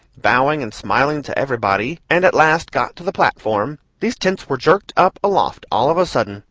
bowing and smiling to everybody, and at last got to the platform, these tents were jerked up aloft all of a sudden,